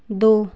दो